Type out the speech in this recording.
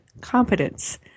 competence